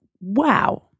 wow